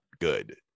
good